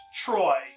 Troy